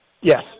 Yes